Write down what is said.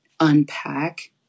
unpack